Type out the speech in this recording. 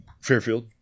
fairfield